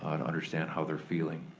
um to understand how they're feeling.